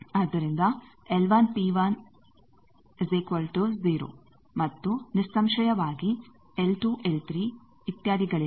ಆದ್ದರಿಂದ ಮತ್ತು ನಿಸ್ಸಂಶಯವಾಗಿ L L ಇತ್ಯಾದಿಗಳಿಲ್ಲ